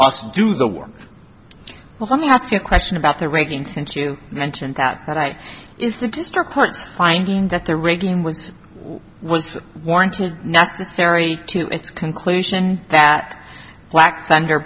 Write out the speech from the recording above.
us do the work well let me ask you a question about the ranking since you mentioned that right is the district court's finding that the rigging was was warranted necessary to its conclusion that black thunder